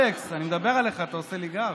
אלכס, אני מדבר עליך, אתה עושה לי גב?